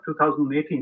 2018